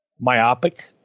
myopic